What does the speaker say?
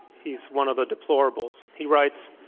he's one of the deplorables. he writes,